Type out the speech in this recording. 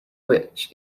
witch